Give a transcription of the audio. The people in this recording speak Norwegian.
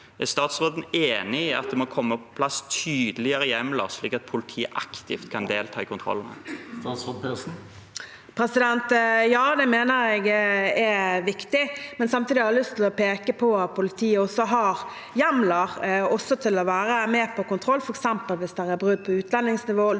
Er statsråden enig i at det må komme på plass tydeligere hjemler, slik at politiet aktivt kan delta i kontrollene? Statsråd Marte Mjøs Persen Ja, det me- ner jeg er viktig, men samtidig har jeg lyst til å peke på at politiet også har hjemler til å være med på kontroll, f.eks. hvis det er brudd på utlendingsloven,